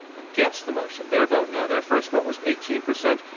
against the motion, their vote now, their first vote was eighteen percent.